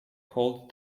called